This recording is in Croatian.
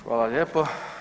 Hvala lijepo.